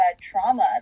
trauma